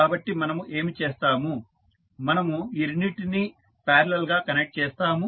కాబట్టి మనము ఏమి చేస్తాము మనము ఈ రెండింటినీ పారలల్ గా కనెక్ట్ చేస్తాము